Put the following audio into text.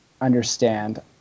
understand